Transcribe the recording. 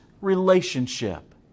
relationship